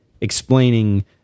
explaining